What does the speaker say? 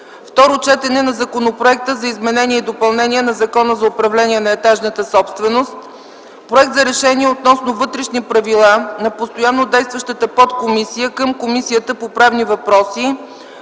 Второ четене на Законопроекта за изменение и допълнение на Закона за управление на етажната собственост. 11. Проект за решение относно вътрешни правила на Постоянно действащата подкомисия към Комисията по правни въпроси,